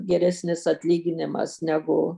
geresnis atlyginimas negu